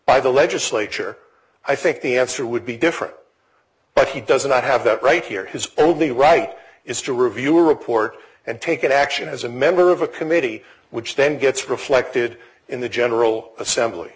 by the legislature i think the answer would be different but he doesn't have that right here his only right is to review a report and take an action as a member of a committee which then gets reflected in the general assembly